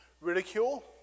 ridicule